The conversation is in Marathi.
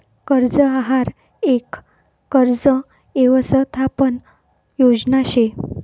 कर्ज आहार यक कर्ज यवसथापन योजना शे